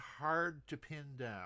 hard-to-pin-down